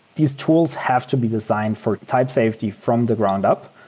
these tools have to be designed for type safety from the ground-up,